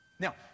Now